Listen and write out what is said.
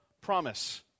promise